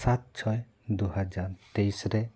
ᱥᱟᱛ ᱪᱷᱚᱭ ᱫᱩᱦᱟᱡᱟᱨ ᱛᱮᱭᱤᱥ ᱨᱮ